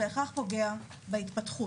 בהכרח פוגע בהתפתחות,